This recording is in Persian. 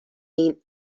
این